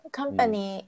company